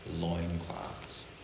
loincloths